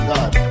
God